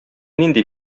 нинди